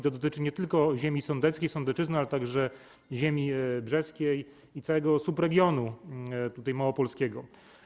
To dotyczy nie tylko ziemi sądeckiej, Sądecczyzny, ale także ziemi brzeskiej i całego subregionu małopolskiego.